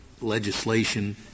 legislation